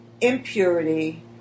impurity